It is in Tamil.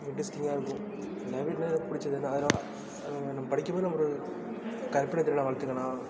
இண்ட்ரெஸ்ட்டிங்காக இருக்கும் லைப்ரரினால் எனக்கு பிடிச்சது வந்து ஆனால் நம்ம படிக்கும்மோது நம்ம ஒரு கற்பனை திறனை வளர்த்துக்கலாம்